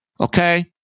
Okay